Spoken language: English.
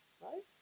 Right